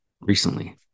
recently